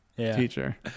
teacher